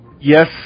Yes